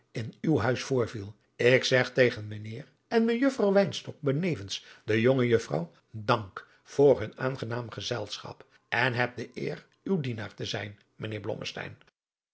in uw huis voorviel ik zeg mijnheer en mejuffrouw wynstok benevens de jonge juffrouw dank voor hun aangenaam gezelschap en heb de eer uw dienaar te zijn